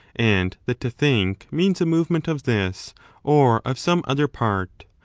and that to think means a movement of this or of some other part,